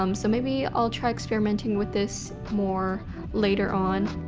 um so maybe i'll try experimenting with this more later on.